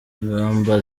ingamba